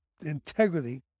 integrity